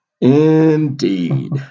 Indeed